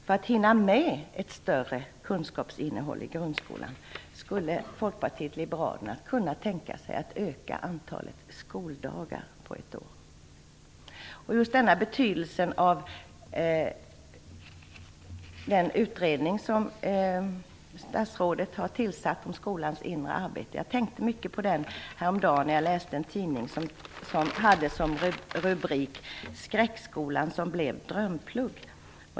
För att hinna med ett större kunskapsinnehåll i grundskolan skulle Folkpartiet liberalerna kunna tänka sig att öka antalet skoldagar på ett år. Jag tänkte mycket på den utredning som statsrådet har tillsatt om skolans inre arbete häromdagen när jag i en tidning läste en artikel med rubriken: Skräckskolan som blev drömplugg.